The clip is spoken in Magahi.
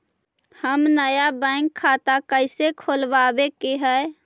हम नया बैंक खाता कैसे खोलबाबे के है?